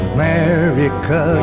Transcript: America